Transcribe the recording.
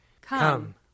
Come